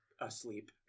asleep